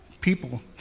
people